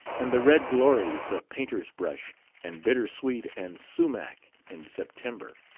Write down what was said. and the red glories of painter's-brush and bittersweet and sumach in september.